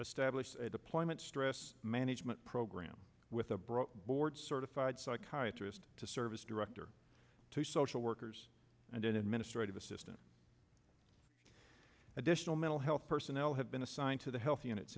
a stablished deployment stress management program with a broad board certified psychiatrist to service director to social workers and an administrative assistant additional mental health personnel have been assigned to the health units